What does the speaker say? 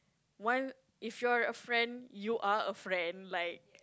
one if you're a friend you are a friend like